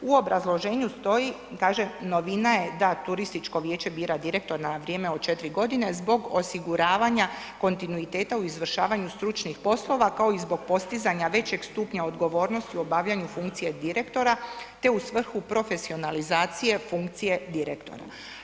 U obrazloženju stoji i kaže novina je da turističko vijeće bira direktor na vrijeme od 4 godine zbog osiguravanja kontinuiteta u izvršavanju stručnih poslova kao i zbog postizanja većeg stupnja odgovornosti u obavljanju funkcije direktora te u svrhu profesionalizacije funkcije direktora.